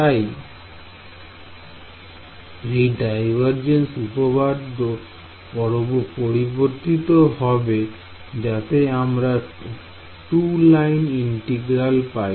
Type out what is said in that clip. তাই এই ডাইভারজেন্স উপপাদ্য পরিবর্তিত হবে যাতে আমরা 2 লাইন ইন্টিগ্রাল পাই